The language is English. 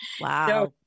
Wow